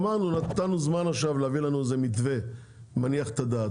נתנו זמן עכשיו להביא לנו מתווה מניח את הדעת.